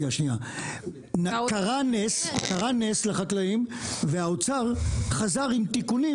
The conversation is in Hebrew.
קרה נס לחקלאים והאוצר חזר עם תיקונים,